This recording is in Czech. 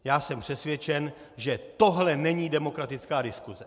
Já jsem přesvědčen, že tohle není demokratická diskuse.